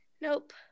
Nope